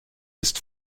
ist